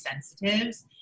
sensitives